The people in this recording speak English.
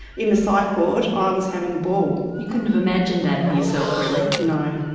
in the psyche ward, i was having a ball. you couldn't have imagined that for yourself, really. no,